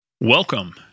Welcome